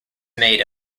made